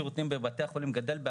אני חושב שחלק מהשירותים יכלו להיפתח